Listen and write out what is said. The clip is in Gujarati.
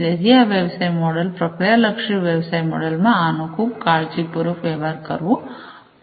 તેથી આ વ્યવસાય મોડેલ પ્રક્રિયા લક્ષી વ્યવસાય મોડેલમાં આનો ખૂબ કાળજીપૂર્વક વ્યવહાર કરવો પડશે